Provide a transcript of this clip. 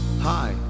Hi